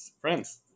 friends